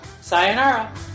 sayonara